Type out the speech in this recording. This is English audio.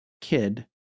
kid